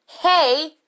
Hey